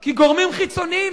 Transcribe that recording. כי גורמים חיצוניים,